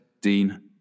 Dean